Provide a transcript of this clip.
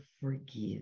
forgive